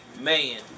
man